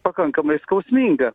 pakankamai skausminga